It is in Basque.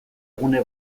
gune